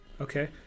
okay